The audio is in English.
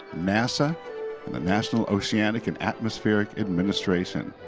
nasa and the national oceanic and atmospheric administration.